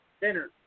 dinner